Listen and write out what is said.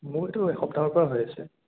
মোৰ এইটো এসপ্তাহৰ পৰা হৈ আছে